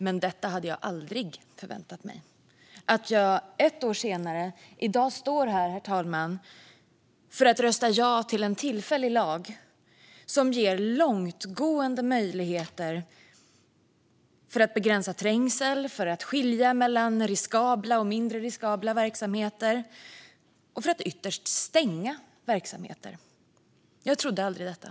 Men detta hade jag aldrig förväntat mig: att jag i dag, ett år senare, skulle stå här, herr talman, för att rösta ja till en tillfällig lag som ger långtgående möjligheter att begränsa trängsel, skilja mellan riskabla och mindre riskabla verksamheter och ytterst stänga verksamheter. Jag trodde aldrig detta.